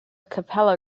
capella